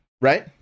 right